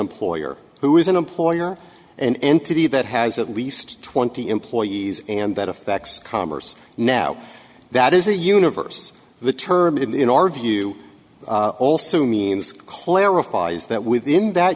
employer who is an employer an entity that has at least twenty employees and that affects commerce now that is a universe the term in our view also means clarifies that within that